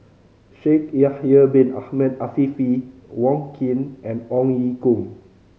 Shaikh Yahya Bin Ahmed Afifi Wong Keen and Ong Ye Kung